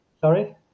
Sorry